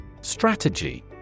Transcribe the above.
Strategy